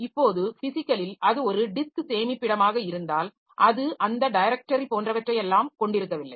இப்போது பிஸிக்கலில் அது ஒரு டிஸ்க் சேமிப்பிடமாக இருந்தால் அது அந்த டைரக்டரி போன்றவற்றை எல்லாம் கொண்டிருக்கவில்லை